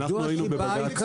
זאת הסיבה העיקרית.